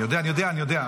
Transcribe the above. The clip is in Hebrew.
אני יודע, אני יודע.